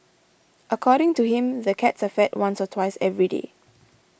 according to him the cats are fed once or twice every day